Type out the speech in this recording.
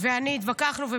ואני התווכחנו,